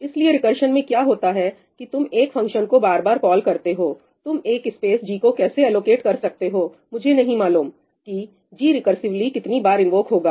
इसलिए रिकरशन में क्या होता है कि तुम एक फंक्शन को बार बार कॉल करते हो तुम एक स्पेस g को कैसे एलोकेट कर सकते हो मुझे नहीं मालूम कि g रिकसिवली कितनी बार इन्वोक होगा